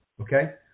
Okay